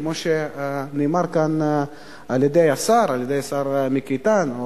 כמו שנאמר כאן על-ידי השר מיקי איתן,